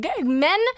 Men